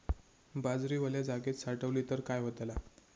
बाजरी वल्या जागेत साठवली तर काय होताला?